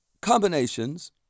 combinations